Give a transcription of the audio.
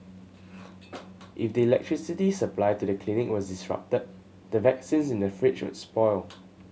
if the electricity supply to the clinic was disrupted the vaccines in the fridge would spoil